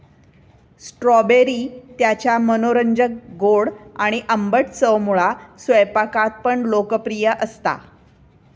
strawberry त्याच्या मनोरंजक गोड आणि आंबट चवमुळा स्वयंपाकात पण लोकप्रिय असता